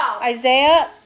Isaiah